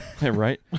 Right